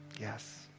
yes